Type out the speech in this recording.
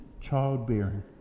childbearing